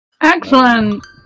Excellent